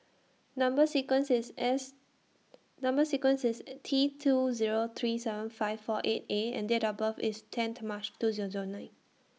Number sequence IS S Number sequence IS T two Zero three seven five four eight A and Date of birth IS ten to March two Zero Zero nine